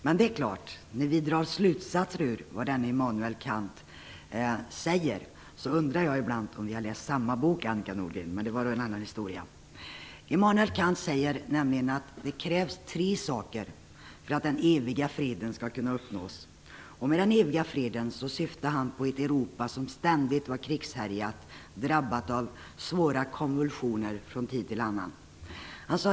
Men när vi drar slutsatser av vad denna Immanuel Kant säger undrar jag ibland om vi har läst samma bok, Annika Nordgren. Men det är en annan historia. Immanuel Kant sade att det krävs tre saker för att den eviga freden skulle kunna uppnås i ett ständigt krigshärjat Europa, drabbat av svåra konvulsioner från tid till annan.